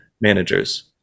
managers